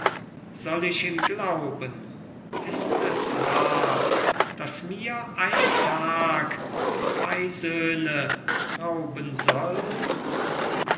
hervor soll ich ihm glauben ist es wahr daß mir ein tag zwei söhne rauben soll